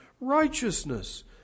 righteousness